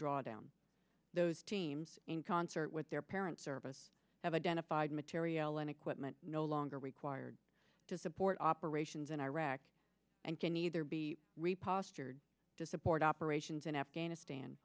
drawdown those teams in concert with their parents service have identified materiel and equipment no longer required to support operations in iraq and can either be re postured to support operations in afghanistan